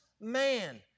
man